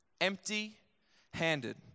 empty-handed